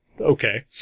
okay